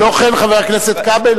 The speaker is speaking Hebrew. הלא כן, חבר הכנסת כבל?